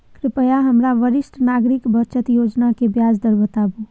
कृपया हमरा वरिष्ठ नागरिक बचत योजना के ब्याज दर बताबू